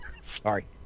Sorry